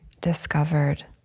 discovered